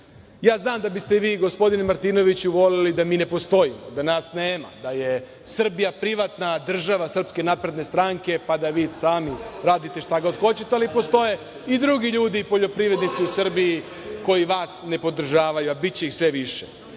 da biste vi, gospodine Martinoviću, voleli da mi ne postojimo, da nas nema, da je Srbija privatna država SNS, pa da vi sami radite šta god hoćete, ali postoje i drugi ljudi i poljoprivrednici u Srbiji koji vas ne podražavaju, a biće ih sve više.